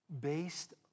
based